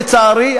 לצערי,